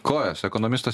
kojas ekonomistas